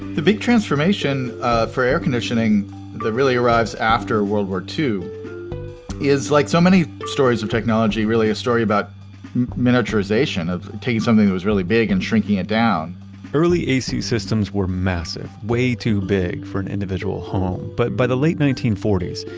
the big transformation ah for air conditioning that really arrives after world war ii is like so many stories of technology, really a story about miniaturization, of taking something that was really big and shrinking it down early ac systems were massive, way too big for an individual home, but by the late nineteen forty s,